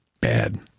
Bad